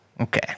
okay